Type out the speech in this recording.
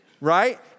right